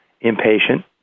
impatient